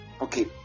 Okay